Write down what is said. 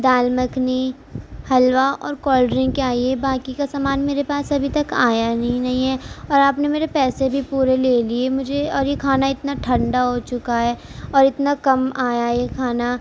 دال مکھنی حلوہ اور کولڈ ڈرنک آئی ہے باقی کا سامان میرے پاس ابھی تک آیا ہی نہیں ہے اور آپ نے میرے پیسے بھی پورے لے لیے مجھے اور یہ کھانا اتنا ٹھنڈا ہو چکا ہے اور اتنا کم آیا یہ کھانا